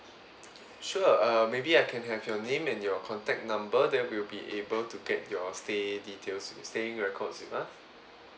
sure uh maybe I can have your name and your contact number then we'll be able to take your stay details staying records with us